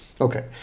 Okay